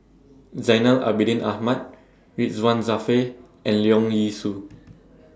Zainal Abidin Ahmad Ridzwan Dzafir and Leong Yee Soo